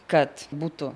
kad būtų